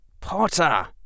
Potter